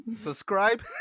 subscribe